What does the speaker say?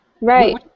right